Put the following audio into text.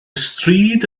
stryd